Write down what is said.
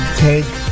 take